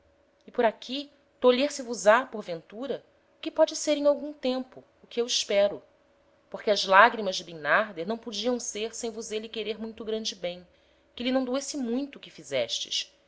e por aqui tolher se vos á porventura o que póde ser em algum tempo o que eu espero porque as lagrimas de bimnarder não podiam ser sem vos êle querer muito grande bem que lhe não doesse muito o que fizestes